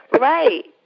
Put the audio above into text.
Right